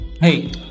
Hey